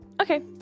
Okay